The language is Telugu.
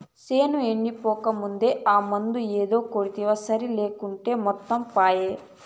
చేను ఎండిపోకముందే ఆ మందు ఏదో కొడ్తివా సరి లేకుంటే మొత్తం పాయే